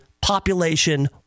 population